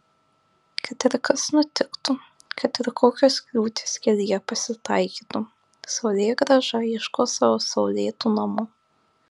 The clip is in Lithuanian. kad ir kas nutiktų kad ir kokios kliūtys kelyje pasitaikytų saulėgrąža ieškos savo saulėtų namų